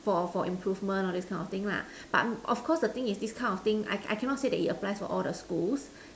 for for improvement all these kind of thing lah but of course the thing is this kind of thing I can I cannot say that it applies for all the schools